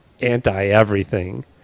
anti-everything